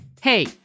Hey